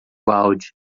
balde